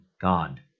God